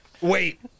Wait